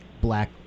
black